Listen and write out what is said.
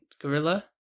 gorilla